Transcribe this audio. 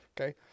Okay